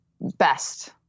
best